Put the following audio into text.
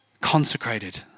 consecrated